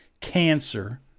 cancer